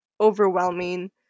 overwhelming